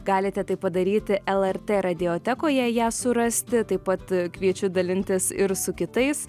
galite tai padaryti lrt radiotekoje ją surasti taip pat kviečiu dalintis ir su kitais